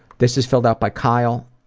this is filled out by kyle